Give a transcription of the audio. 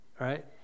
right